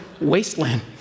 wasteland